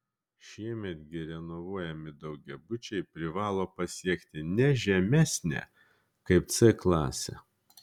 šiemet gi renovuojami daugiabučiai privalo pasiekti ne žemesnę kaip c klasę